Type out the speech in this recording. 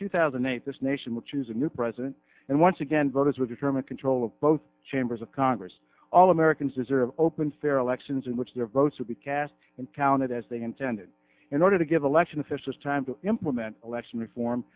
two thousand and eight this nation will choose a new president and once again voters will determine control of both chambers of congress all americans deserve open fair elections in which their votes would be cast and counted as they intended in order to give election officials time to implement election reform